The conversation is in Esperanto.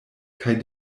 kaj